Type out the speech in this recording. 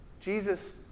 Jesus